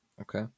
Okay